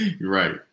Right